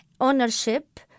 ownership